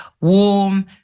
warm